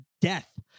death